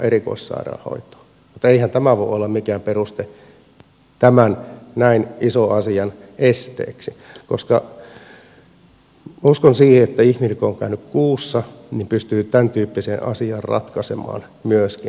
mutta eihän tämä voi olla mikään peruste näin ison asian esteeksi koska uskon siihen että kun ihminen on käynyt kuussa niin se pystyy tämäntyyppisen asian ratkaisemaan myöskin